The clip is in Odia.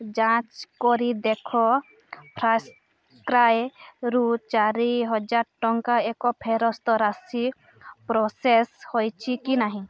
ଯାଞ୍ଚ କରି ଦେଖ ଫାର୍ଷ୍ଟ୍କ୍ରାଏରୁ ଚାରିହଜାର ଟଙ୍କା ଏକ ଫେରସ୍ତ ରାଶି ପ୍ରୋସେସ୍ ହେଇଛି କି ନାହିଁ